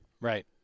Right